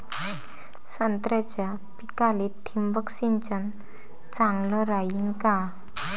संत्र्याच्या पिकाले थिंबक सिंचन चांगलं रायीन का?